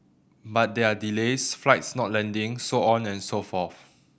but there are delays flights not landing so on and so forth